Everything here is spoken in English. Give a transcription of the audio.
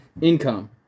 Income